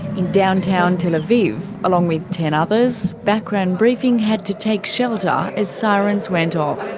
in downtown tel aviv, along with ten others, background briefing had to take shelter as sirens went off.